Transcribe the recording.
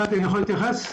אני אתייחס.